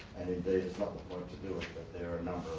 and indeed, it's not the point to do it, but there are